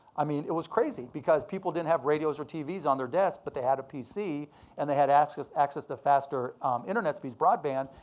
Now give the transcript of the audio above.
i mean it was crazy because people didn't have radios or tvs on their desks, but they had a pc and they had access to faster internet speeds, broadband,